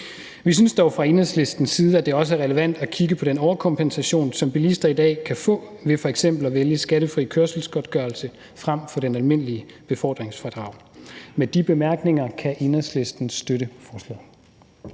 Vi synes dog fra Enhedslistens side, at det også er relevant at kigge på den overkompensation, som bilister i dag kan få ved f.eks. at vælge skattefri kørselsgodtgørelse frem for det almindelige befordringsfradrag. Med de bemærkninger kan Enhedslisten støtte forslaget.